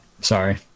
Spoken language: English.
Sorry